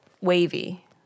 Wavy